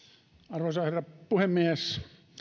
arvoisa herra puhemies